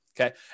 Okay